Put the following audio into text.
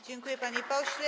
Dziękuję, panie pośle.